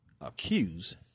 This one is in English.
accuse